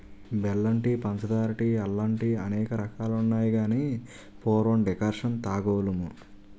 బెల్లం టీ పంచదార టీ అల్లం టీఅనేక రకాలున్నాయి గాని పూర్వం డికర్షణ తాగోలుము